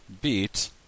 beat